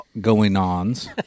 going-ons